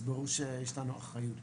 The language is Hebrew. אז ברור שיש לנו אחריות.